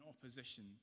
opposition